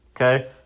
Okay